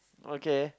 okay